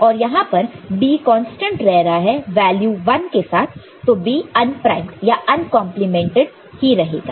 और यहां पर B कांस्टेंट रहा है वैल्यू 1 के साथ तो B अनप्राइमड या अनकंपलीमेंटेड ही रहेगा